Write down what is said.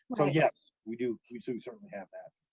so yes, we do, we do certainly have that.